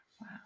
Wow